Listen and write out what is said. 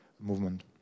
movement